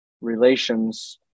relations